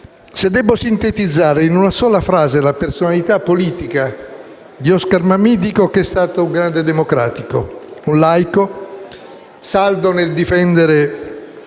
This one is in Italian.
Se debbo sintetizzare in una sola frase la personalità politica di Oscar Mammì, dico che è stato un grande democratico, un laico, saldo nel difendere